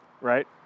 right